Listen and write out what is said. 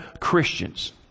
Christians